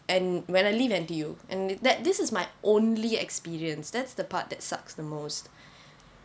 and when I leave N_T_U and that this is my only experience that's the part that sucks the most